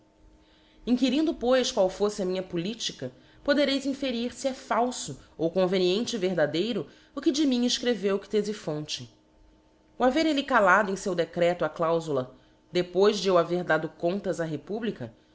inquirindo pois qual fofle a minha politica podereis inferir fe é falfo ou conveniente e verdadeiro o que de mim efcreveu ctefiphonte o haver elle callado em feu decreto a claufula depois de eu haver dado contas d republica